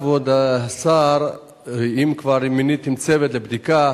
כבוד השר, אם כבר מיניתם צוות לבדיקה,